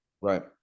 right